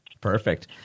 Perfect